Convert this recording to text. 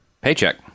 Paycheck